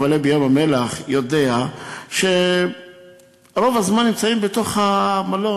מי שקצת מבלה בים-המלח יודע שרוב הזמן נמצאים בתוך המלון.